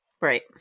Right